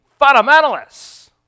fundamentalists